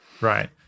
Right